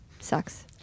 sucks